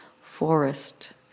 forest